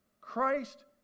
Christ